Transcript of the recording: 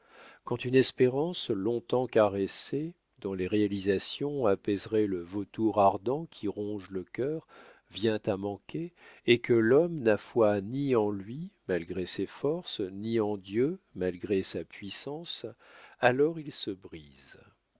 quand une espérance long-temps caressée dont les réalisations apaiseraient le vautour ardent qui ronge le cœur vient à manquer et que l'homme n'a foi ni en lui malgré ses forces ni en dieu malgré sa puissance alors il se brise